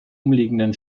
umliegenden